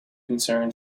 concern